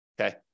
okay